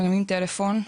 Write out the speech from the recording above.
מרימים טלפון,